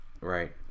Right